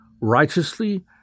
righteously